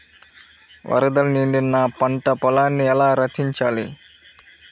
వరదల నుండి నా పంట పొలాలని ఎలా రక్షించాలి?